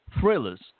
thrillers